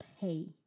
pay